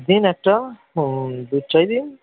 দিন একটা ওই দুধ চাই দিন